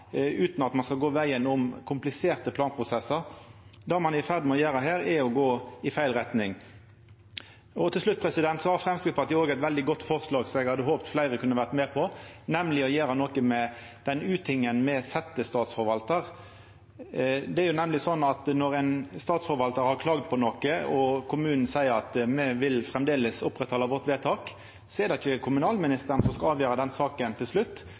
utan at ein skal gå vegen om kompliserte planprosessar. Det ein er i ferd med å gjera her, er å gå i feil retning. Til slutt: Framstegspartiet har òg eit veldig godt forslag som eg hadde håpt at fleire kunne vore med på, nemleg å gjera noko med den utingen med setjestatsforvaltar. Det er slik at når ein statsforvaltar har klaga på noko, og kommunen framleis vil fasthalda vedtaket, er det ikkje kommunalministeren som skal avgjera den saka til slutt,